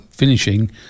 Finishing